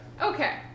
Okay